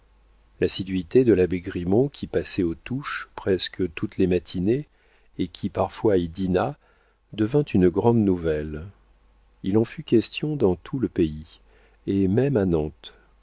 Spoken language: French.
l'assiduité de l'abbé grimont qui passait aux touches presque toutes les matinées et qui parfois y dîna devint une grande nouvelle il en fut question dans tout le pays et même